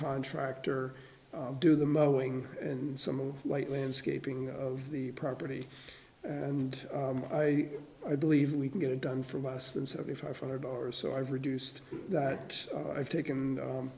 contractor do the mowing and some light landscaping of the property and i i believe we can get it done for less than seventy five hundred dollars so i've reduced that i've